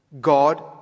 God